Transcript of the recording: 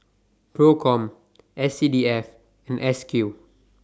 PROCOM S C D F and S Q